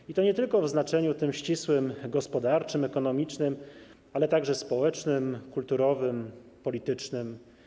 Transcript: I to nie tylko w znaczeniu tym ścisłym gospodarczym, ekonomicznym, ale także społecznym, kulturowym, politycznym.